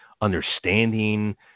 understanding